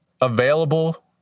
available